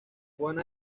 juana